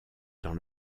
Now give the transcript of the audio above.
dans